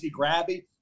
grabby